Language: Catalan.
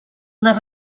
les